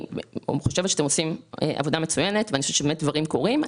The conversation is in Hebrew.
אני חושבת שאתם עושים עבודה מצוינת ואני חושבת שבאמת דברים קורים.